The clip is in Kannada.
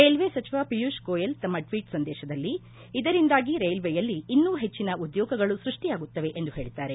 ರೈಲ್ವೆ ಸಚಿವ ಪಿಯೂಷ್ ಗೋಯಲ್ ತಮ್ಮ ಟ್ವೀಟ್ ಸಂದೇಶದಲ್ಲಿ ಇದರಿಂದಾಗಿ ರೈಲ್ವೆಯಲ್ಲಿ ಇನ್ನೂ ಹೆಚ್ಚಿನ ಉದ್ನೋಗಗಳು ಸ್ವೆಷ್ಪಿಯಾಗುತ್ತವೆ ಎಂದು ಹೇಳಿದ್ದಾರೆ